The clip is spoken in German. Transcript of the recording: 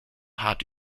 hart